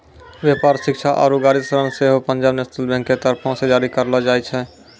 व्यापार, शिक्षा आरु गाड़ी ऋण सेहो पंजाब नेशनल बैंक के तरफो से जारी करलो जाय छै